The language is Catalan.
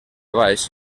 baix